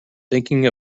thinking